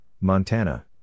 Montana